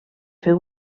fer